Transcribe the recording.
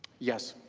yes.